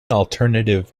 alternative